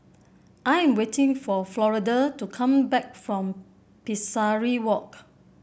I am waiting for Florida to come back from Pesari Walk